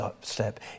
step